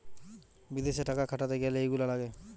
বিদেশে টাকা খাটাতে গ্যালে এইগুলা লাগে